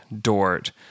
Dort